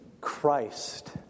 Christ